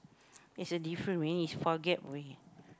there's a different way is forget where he